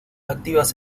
activas